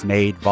Made